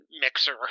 mixer